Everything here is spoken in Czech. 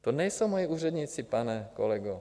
To nejsou moji úředníci, pane kolego.